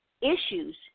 issues